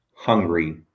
hungry